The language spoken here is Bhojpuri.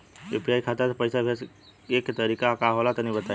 यू.पी.आई खाता से पइसा भेजे के तरीका का होला तनि बताईं?